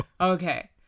Okay